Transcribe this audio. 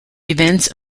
events